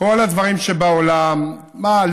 כל הדברים שבעולם, מה?